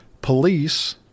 police